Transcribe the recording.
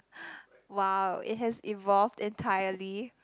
!wow! it has evolved entirely